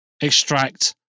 extract